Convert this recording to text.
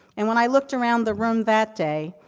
and, when i looked around the room that day,